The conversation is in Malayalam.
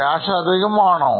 Cash അധികം ആണോ